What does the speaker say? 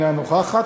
אינה נוכחת,